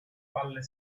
valle